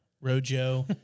Rojo